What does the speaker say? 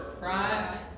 Right